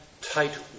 tight